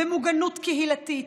במוגנות קהילתית,